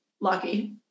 lucky